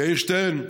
יאיר שטרן,